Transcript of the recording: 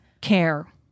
care